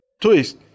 twist